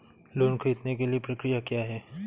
Loan ख़रीदने के लिए प्रक्रिया क्या है?